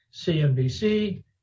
CNBC